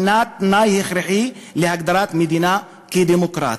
תנאי הכרחי להגדרת מדינה כדמוקרטית.